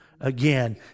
again